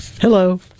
Hello